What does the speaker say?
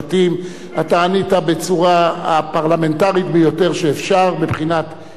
אתה ענית בצורה הפרלמנטרית ביותר שאפשר מבחינת כל ההיבטים.